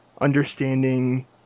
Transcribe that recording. understanding